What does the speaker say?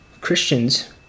Christians